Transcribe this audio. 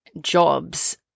jobs